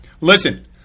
listen